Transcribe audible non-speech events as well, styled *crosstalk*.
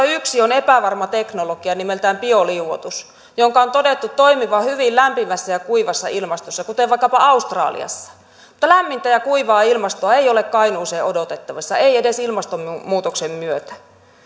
*unintelligible* yksi on epävarma teknologia nimeltään bioliuotus jonka on todettu toimivan hyvin lämpimässä ja kuivassa ilmastossa kuten vaikkapa australiassa mutta lämmintä ja kuivaa ilmastoa ei ole kainuuseen odotettavissa ei edes ilmastonmuutoksen myötä